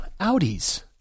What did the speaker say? Audis